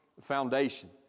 foundation